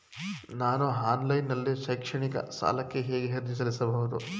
ನಾನು ಆನ್ಲೈನ್ ನಲ್ಲಿ ಶೈಕ್ಷಣಿಕ ಸಾಲಕ್ಕೆ ಹೇಗೆ ಅರ್ಜಿ ಸಲ್ಲಿಸಬಹುದು?